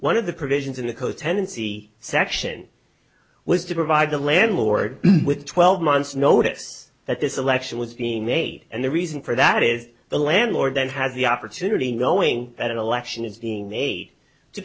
one of the provisions in the co tenancy section was to provide the landlord with twelve months notice that this election was being made and the reason for that is the landlord then has the opportunity knowing that an election is being made to